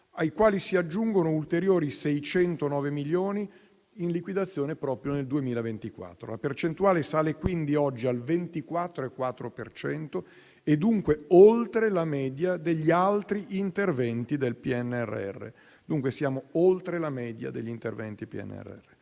ai quali si aggiungono ulteriori 609 milioni, in liquidazione proprio nel 2024. La percentuale sale quindi oggi al 24,4 per cento, dunque oltre la media degli altri interventi del PNRR. Ripeto, siamo oltre la media degli interventi del PNRR.